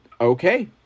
Okay